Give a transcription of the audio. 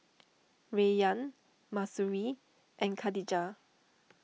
Rayyan Mahsuri and Khadija